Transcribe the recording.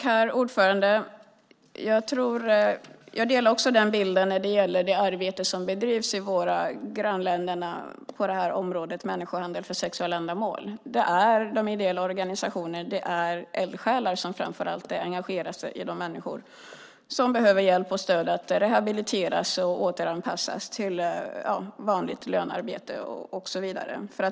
Herr talman! Jag delar bilden av det arbete som bedrivs i våra grannländer på området människohandel för sexuella ändamål. Det är de ideella organisationerna och eldsjälar som framför allt engagerar sig i de människor som behöver hjälp och stöd att rehabiliteras och återanpassas till vanligt lönearbete och så vidare.